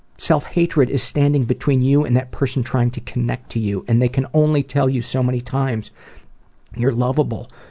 self-hatred is standing between you and that person trying to connect to you and they can only tell you so many times you're loveable,